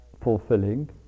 fulfilling